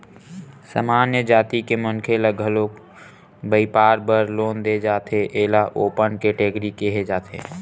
सामान्य जाति के मनखे ल घलो बइपार बर लोन दे जाथे एला ओपन केटेगरी केहे जाथे